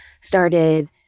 started